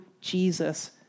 Jesus